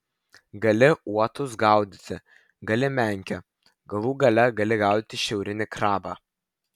gali uotus gaudyti gali menkę galų gale gali gaudyti šiaurinį krabą